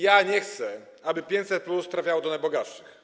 Ja nie chcę, aby 500+ trafiało do najbogatszych.